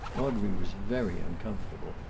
audrey was very uncomfortable.